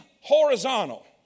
horizontal